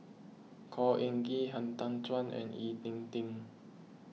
Khor Ean Ghee Han Tan Juan and Ying E Ding